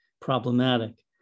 problematic